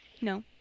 no